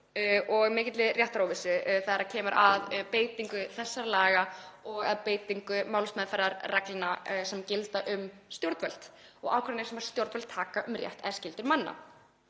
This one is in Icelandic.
og mikilli réttaróvissu þegar kemur að beitingu þessara laga og beitingu málsmeðferðarreglna sem gilda um stjórnvöld og ákvarðanir sem stjórnvöld taka um rétt eða skyldur manna.